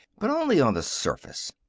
but only on the surface.